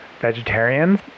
vegetarians